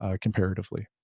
comparatively